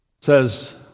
says